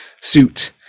suit